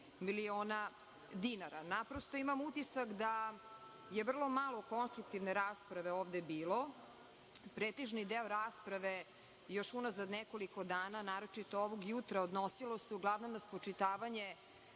miliona dinara. Naprosto, imam utisak da je vrlo malo konstruktivne rasprave ovde bilo. Pretežni deo rasprave, još unazad nekoliko dana, naročito ovog jutra, odnosilo se, uglavnom na spočitavanje